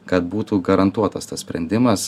kad būtų garantuotas tas sprendimas